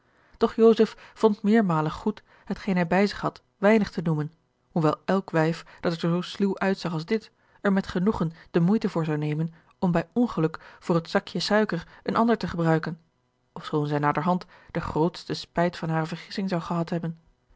doch joseph vond meermalen goed hetgeen hij bij zich had weinig te noemen hoewel elk wijf dat er zoo sluw uitzag als dit er met genoegen de moeite voor zou nemen om bij ongeluk voor het zakje suiker een ander te gebruiken ofschoon zij naderhand den grootsten spijt van hare vergissing zou gehad hebben